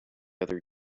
other